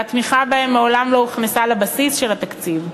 והתמיכה בהם מעולם לא הוכנסה לבסיס התקציב.